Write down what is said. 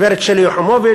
גברת שלי יחימוביץ,